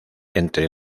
entre